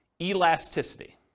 elasticity